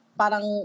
parang